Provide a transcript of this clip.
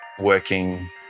Working